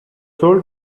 sold